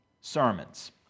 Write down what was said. sermons